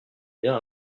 bien